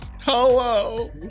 Hello